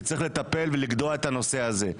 צריך לטפל ולגדוע את הנושא הזה.